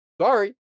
sorry